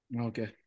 Okay